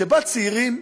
שבה צעירים,